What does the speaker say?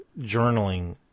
journaling